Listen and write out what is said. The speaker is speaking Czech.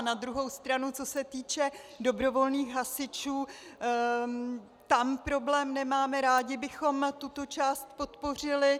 Na druhou stranu, co se týče dobrovolných hasičů, tam problém nemáme, rádi bychom tuto část podpořili.